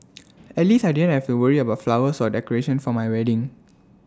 at least I didn't have to worry about flowers or decoration for my wedding